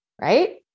Right